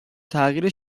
تغییر